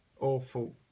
Awful